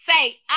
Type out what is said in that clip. say